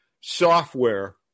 software